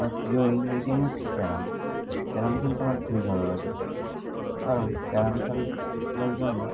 আমার প্রিয় indoor game হচ্ছে ক্যারাম ক্যারাম খেলতে আমার খুবই ভালো লাগে কারণ ক্যারাম খেল লার জন্য